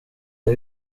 jya